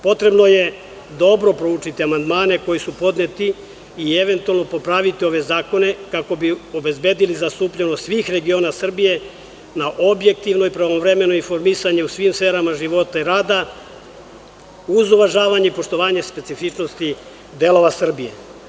Potrebno je dobro proučiti amandmane koji su podneti i eventualno popraviti ove zakone, kako bi obezbedili zastupljenost svih regiona Srbije na objektivno i pravovremeno informisanje u svim sferama života i rada, uz uvažavanje i poštovanje specifičnosti delova Srbije.